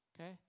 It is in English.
okay